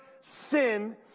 sin